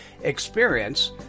experience